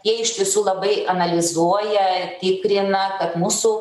jie iš tiesų labai analizuoja tikrina kad mūsų